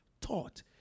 taught